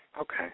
Okay